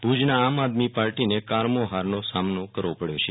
ભુજમાં આમ આદમી પાર્ટીને કારમી હારનો સામનો કરવો પડ્યો છે